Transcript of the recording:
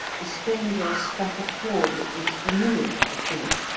the stranger struck a chord that was familiar to philip.